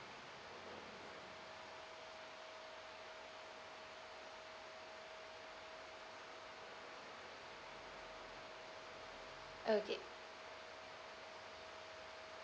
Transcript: okay